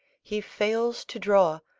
he fails to draw,